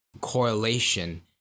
correlation